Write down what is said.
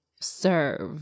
serve